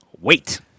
Wait